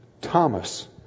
Thomas